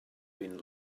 been